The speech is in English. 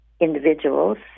individuals